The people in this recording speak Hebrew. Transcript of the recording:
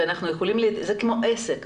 זה כמו עסק,